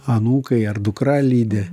anūkai ar dukra lydi